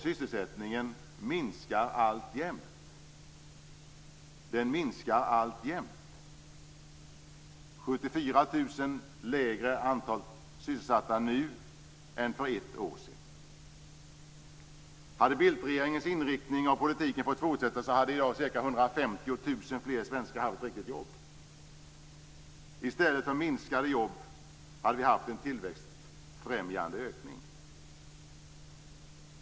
Sysselsättningen minskar alltjämt - 74 000 färre sysselsatta än för ett år sedan. Hade Bildtregeringens inriktning av politiken fått fortsätta hade säkert 150 000 fler svenskar haft ett riktigt jobb. I stället för färre jobb hade vi haft en tillväxtfrämjande ökning.